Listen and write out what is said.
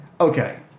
Okay